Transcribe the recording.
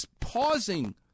pausing